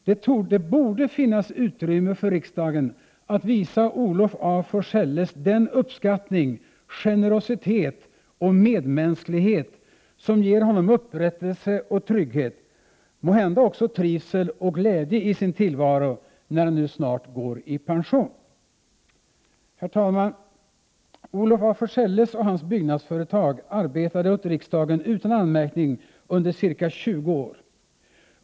Det borde finnas utrymme för riksdagen att visa Olof af Forselles den uppskattning, generositet och medmänsklighet som ger honom upprättelse och trygghet, måhända också trivsel och glädje i sin tillvaro, när han nu snart går i pension. Herr talman! Olof af Forselles och hans byggnadsföretag arbetade åt riksdagen utan anmärkning under ca 20 år.